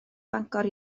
bangor